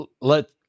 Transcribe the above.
let